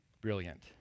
brilliant